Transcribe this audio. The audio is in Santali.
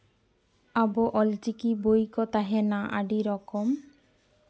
ᱟᱵᱚ ᱚᱞ ᱪᱤᱠᱤ ᱵᱳᱭ ᱠᱚ ᱛᱟᱦᱮᱱᱟ ᱟᱹᱰᱤ ᱨᱚᱠᱚᱢ